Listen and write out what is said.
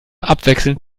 abwechselnd